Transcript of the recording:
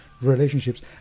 relationships